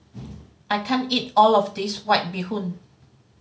I can't eat all of this White Bee Hoon